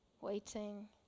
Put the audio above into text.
waiting